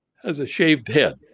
has a shaved head,